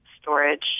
storage